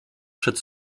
przed